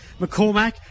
McCormack